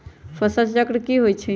फसल चक्र की होइ छई?